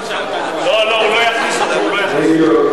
אף פעם שלא יהיה לך אח בתקשורת,